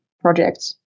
projects